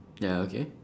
ya okay